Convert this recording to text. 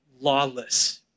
lawless